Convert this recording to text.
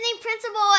principal